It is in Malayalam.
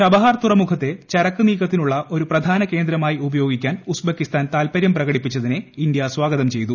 ചബഹർ തുറമുഖത്തെ ചരക്ക് നീക്കത്തിന് ഉള്ള ഒരു പ്രധാന കേന്ദ്രമായി ഉപയോഗിക്കാൻ ഉസ്ബക്കിസ്ഥാൻ താൽപർട്ട്ട് പ്രകടിപ്പിച്ചതിനെ ഇന്ത്യ സ്വാഗതം ചെയ്തു